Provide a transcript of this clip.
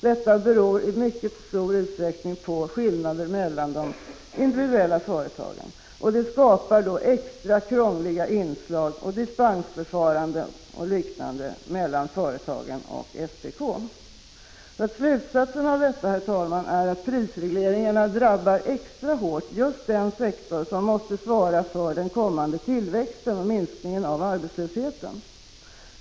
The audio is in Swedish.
Detta beror i mycket stor utsträckning på skillnader mellan de individuella företagen och det skapar extra krångliga inslag, dispensförfaranden och liknande mellan företagen och SPK. Slutsatsen av detta är att prisregleringar drabbar extra hårt just den sektor som måste svara för den kommande tillväxten och minskningen av arbetslösheten.